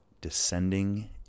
descending